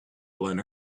blown